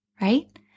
right